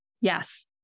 Yes